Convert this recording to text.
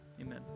Amen